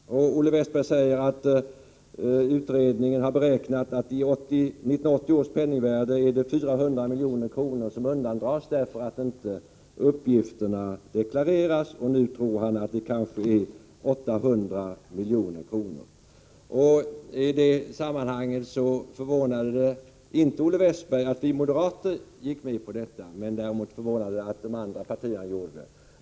Olle Westberg säger att utredningen har beräknat att det i 1980 års penningvärde är 400 milj.kr. som undandras därför att inkomsterna i fråga inte deklareras, och han tror att det nu är 800 milj.kr. I det sammanhanget förvånar det inte Olle Westberg att vi moderater gick med på detta, men däremot förvånade det honom att de andra partierna gjorde det.